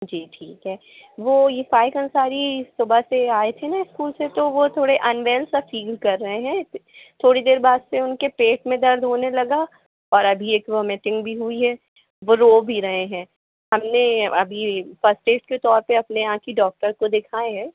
जी ठीक है वो काएस अंसारी सुबह से आए थे ना स्कूल से तो वो थोड़े अन्वेल सा फ़ील कर रहे हैं थोड़ी देर बाद से उनके पेट में दर्द होने लगा और अभी एक वोमिटिंग भी हुई हैं वो रो भी रहे हैं हमने अभी फ़र्स्ट ऐड के तौर पे अपने यहाँ की डॉक्टर को दिखाए हैं